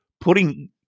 putting